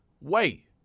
Wait